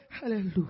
Hallelujah